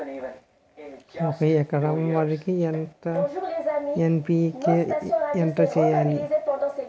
ఒక ఎకర వరికి ఎన్.పి కే ఎంత వేయాలి?